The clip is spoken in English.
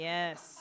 Yes